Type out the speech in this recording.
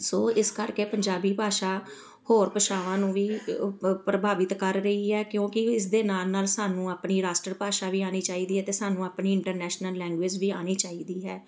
ਸੋ ਇਸ ਕਰਕੇ ਪੰਜਾਬੀ ਭਾਸ਼ਾ ਹੋਰ ਭਾਸ਼ਾਵਾਂ ਨੂੰ ਵੀ ਪ੍ਰਭਾਵਿਤ ਕਰ ਰਹੀ ਹੈ ਕਿਉਂਕਿ ਇਸ ਦੇ ਨਾਲ ਨਾਲ ਸਾਨੂੰ ਆਪਣੀ ਰਾਸ਼ਟਰ ਭਾਸ਼ਾ ਵੀ ਆਉਣੀ ਚਾਹੀਦੀ ਹੈ ਅਤੇ ਸਾਨੂੰ ਆਪਣੀ ਇੰਟਰਨੈਸ਼ਨਲ ਲੈਂਗੁਏਜ ਵੀ ਆਉਣੀ ਚਾਹੀਦੀ ਹੈ